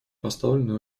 поставлены